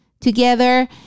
together